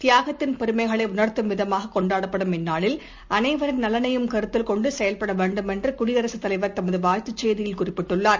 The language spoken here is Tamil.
தியாகத்தின் பெருமைகளைஉணர்த்தும் விதமாககொண்டாடப்படும் இந்நாளில் அனைவரின் நலனையும் கருத்தில் கொண்டுசெயல்படவேண்டுமென்றுகுடியரசுத் தலைவர் தமதுவாழ்த்துச் செய்தியில் குறிப்பிட்டுள்ளார்